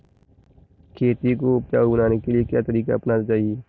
खेती को उपजाऊ बनाने के लिए क्या तरीका अपनाना चाहिए?